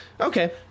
Okay